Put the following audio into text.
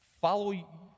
Follow